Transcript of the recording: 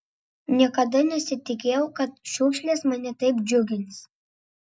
niekada nesitikėjau kad šiukšlės mane taip džiugins